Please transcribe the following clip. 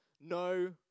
no